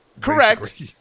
Correct